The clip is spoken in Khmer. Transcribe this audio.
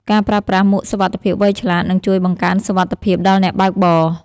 ការប្រើប្រាស់មួកសុវត្ថិភាពវៃឆ្លាត នឹងជួយបង្កើនសុវត្ថិភាពដល់អ្នកបើកបរ។